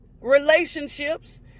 relationships